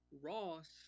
Ross